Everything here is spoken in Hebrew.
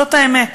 זאת האמת.